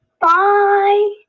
Bye